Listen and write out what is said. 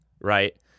right